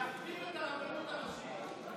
להחריב את הרבנות הראשית.